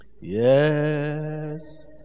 Yes